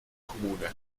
kommune